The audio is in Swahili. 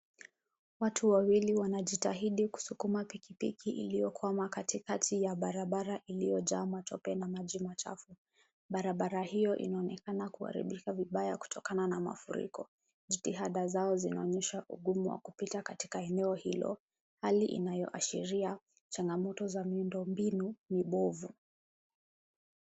Watu wawili wanajitahidi kusukuma pikipiki iliyo kwama katikati ya barabara iliyojaa matope na maji machafu. Barabara hiyo inaonekana kuharibika vibaya kutokana na mafuriko. Jitihada zao zinaonyesha ugumu wa kupita katika eneo hilo, hali inayoashiria changamoto za miundo mbinu mibovu.